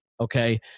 Okay